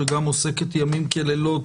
שגם עוסקת ימים כלילות